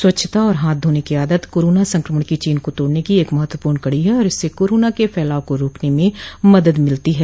स्वच्छता और हाथ धोने के आदत कोरोना संकमण की चेन को तोड़ने की एक महत्वपूर्ण कड़ी है और इससे कोरोना के फैलाव को रोकने में मदद मिलती है